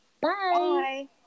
Bye